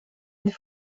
une